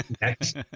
next